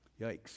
Yikes